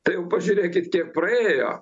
tai jau pažiūrėkit kiek praėjo